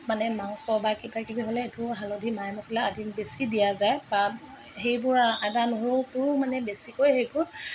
মানে মাংস বা কিবাকিবি হ'লে এইটো হালধি মায় মছলা আদি বেছি দিয়া যায় বা সেইবোৰৰ আদা নহৰুবোৰো মানে বেছিকৈ সেইবোৰ